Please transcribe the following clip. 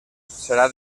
serà